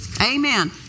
Amen